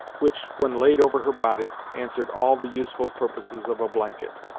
which, when laid over her body, answered all the useful purposes of a blanket.